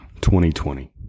2020